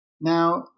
Now